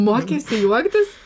mokeisi juoktis